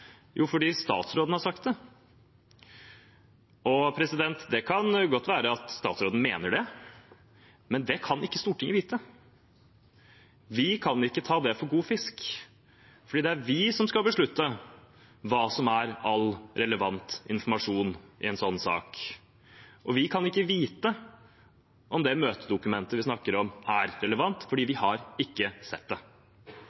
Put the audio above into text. Jo, fordi statsråden har sagt det. Det kan godt være at statsråden mener det, men det kan ikke Stortinget vite. Vi kan ikke ta det for god fisk, for det er vi som skal beslutte hva som er all relevant informasjon i en slik sak. Og vi kan ikke vite om det møtedokumentet vi snakker om, er relevant, for vi